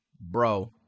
bro